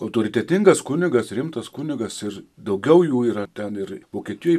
autoritetingas kunigas rimtas kunigas ir daugiau jų yra ten ir vokietijoj